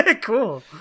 Cool